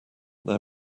their